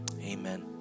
amen